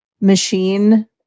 machine